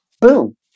boom